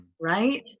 right